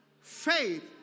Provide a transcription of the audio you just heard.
faith